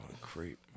creep